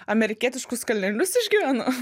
amerikietiškus kalnelius išgyvenu